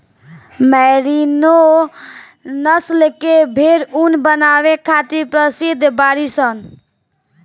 merino नस्ल के भेड़ ऊन बनावे खातिर प्रसिद्ध बाड़ीसन